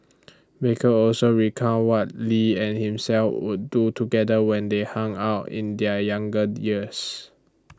baker also recounted what lee and himself would do together when they hung out in their younger years